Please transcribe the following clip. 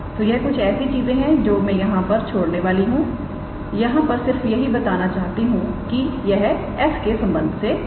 तो यह कुछ ऐसी चीजें हैं जो मैं यहां से छोड़ने वाली हूं यहां पर सिर्फ यही बताना चाहती हूं कि यह s के संबंध में है